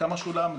כמה שולם,